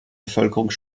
bevölkerung